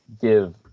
give